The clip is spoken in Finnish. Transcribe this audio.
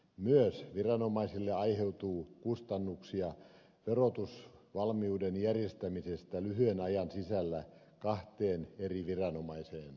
myös viranomaisille aiheutuu kustannuksia verotusvalmiuden järjestämisestä lyhyen ajan sisällä kahteen eri viranomaiseen